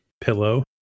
pillow